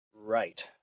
Right